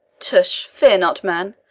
tush! fear not, man,